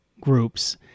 groups